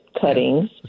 cuttings